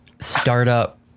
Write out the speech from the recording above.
startup